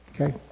Okay